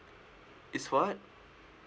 is what